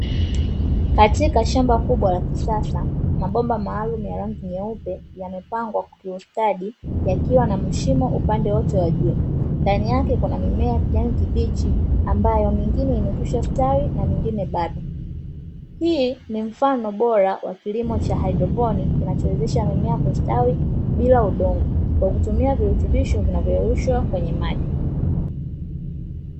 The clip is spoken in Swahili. Katika shamba kubwa la kisasa, mabomba maalumu ya rangi nyeupe yamepangwa kiustadi; yakiwa na mashimo upande wa juu. Ndani yake kuna mimea ya kijani kibichi, ambayo mingine imekwisha stawi na mingine bado. Hii ni mfano bora wa kilimo cha haidroponi, kinachowezesha mimea kustawi bila udongo, kwa kutumia virutubisho vinavyoyeyushwa kwenye maji.